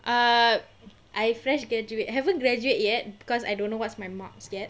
ah I fresh graduate haven't graduate yet because I don't know what's my marks yet